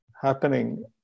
happening